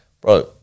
bro